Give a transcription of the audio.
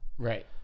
Right